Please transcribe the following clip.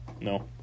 No